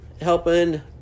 helping